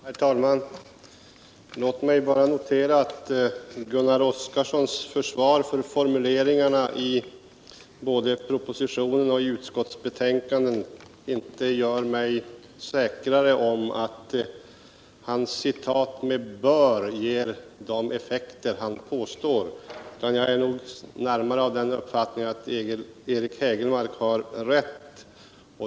Herr talman! Låt mig bara notera att Gunnar Oskarsons försvar för formuleringarna både i propositionen och i utskottsbetänkandet inte gör mig säkrare på att hans citat med ”bör” ger de effekter han påstår. Jag är närmast av den uppfattningen att Eric Hägelmark har rätt.